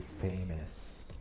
famous